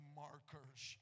markers